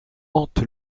hante